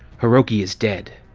hiroki is dead,